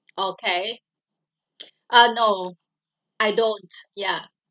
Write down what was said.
okay uh no I don't ya